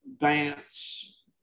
dance